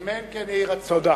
אמן, כן יהי רצון.